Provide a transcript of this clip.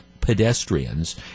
pedestrians